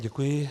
Děkuji.